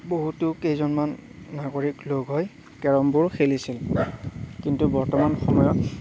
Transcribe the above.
বহুতো কেইজনমান নাগৰিক লগ হৈ কেৰমবোৰ খেলিছিল কিন্তু বৰ্তমান সময়ত